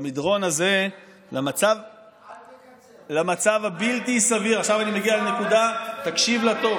במדרון הזה למצב הבלתי-סביר, אל תקצר, תפרט ותנמק.